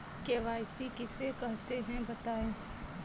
KYC किसे कहते हैं बताएँ?